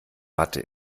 mathe